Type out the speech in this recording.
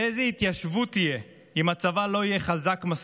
ואיזו התיישבות תהיה אם הצבא לא יהיה חזק מספיק,